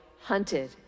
hunted